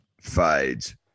fades